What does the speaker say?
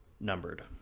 numbered